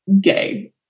gay